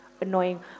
annoying